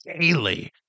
daily